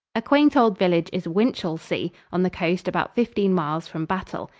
a quaint old village is winchelsea, on the coast about fifteen miles from battle.